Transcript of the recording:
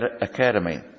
Academy